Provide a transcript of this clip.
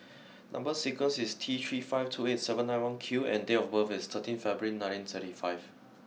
number sequence is T three five two eight seven nine one Q and date of birth is thirteen February nineteen thirty five